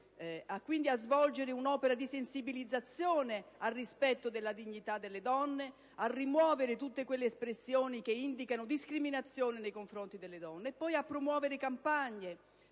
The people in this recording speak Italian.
quindi a svolgere un'opera di sensibilizzazione al rispetto della dignità delle donne; a rimuovere tutte quelle espressioni che indicano discriminazione nei confronti delle donne; a promuovere campagne